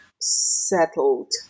settled